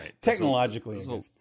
technologically